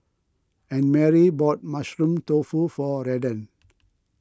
Annmarie bought Mushroom Tofu for Redden